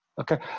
Okay